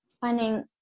finding